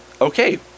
Okay